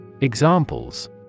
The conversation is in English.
Examples